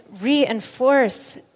reinforce